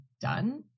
done